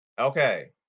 Okay